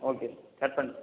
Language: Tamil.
ஓகே கட் பண்ணுறேன்